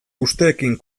usteekin